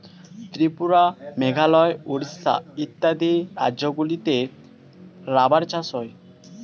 ত্রিপুরা, মেঘালয়, উড়িষ্যা ইত্যাদি রাজ্যগুলিতে রাবার চাষ হয়